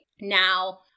now